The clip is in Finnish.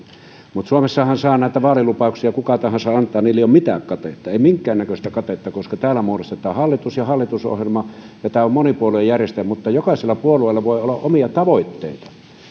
mutta suomessahan saa näitä vaalilupauksia kuka tahansa antaa niillä ei ole mitään katetta ei minkäännäköistä katetta koska täällä muodostetaan hallitus ja hallitusohjelma ja tämä on monipuoluejärjestelmä mutta jokaisella puolueella voi olla omia tavoitteita